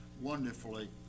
Wonderfully